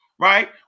right